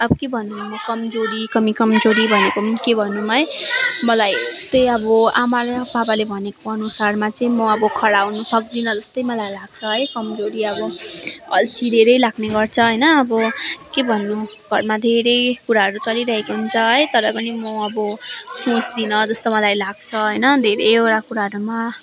अब के भन्नु कमजोरी कमी कमजोरी भनेको पनि के भनौँ है मलाई त्यही अब आमा र बाबाले भनेको अनुसारमा चाहिँ म अब खडा हुन सक्दिनँ जस्तै मलाई लाग्छ है कमजोरी अबो अल्छी धेरै लाग्ने गर्छ होइन अब के भन्नु घरमा धेरै कुराहरू चलिरहेको हुन्छ है तर पनि म अब बुझ्दिनँ जस्तो मलाई लाग्छ होइन धेरैवटा कुराहरूमा